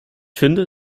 finde